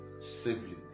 safely